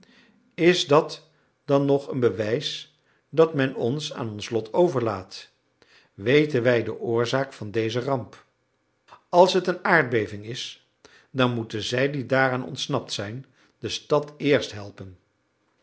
is dat dan nog een bewijs dat men ons aan ons lot overlaat weten wij de oorzaak van deze ramp als het een aardbeving is dan moeten zij die daaraan ontsnapt zijn de stad eerst helpen